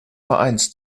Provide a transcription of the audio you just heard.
vereins